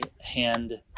hand